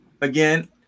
again